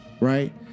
right